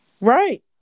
Right